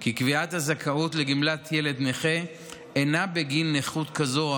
כי קביעת הזכאות לגמלת ילד נכה אינה בגין נכות כזאת או